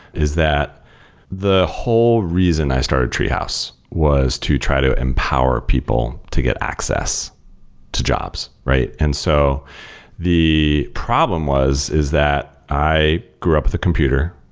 is that the whole reason i started treehouse was to try to empower people to get access to jobs, right? and so the problem was, is that i grew up with a computer.